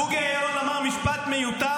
בוגי יעלון --- בוגי יעלון אמר משפט מיותר,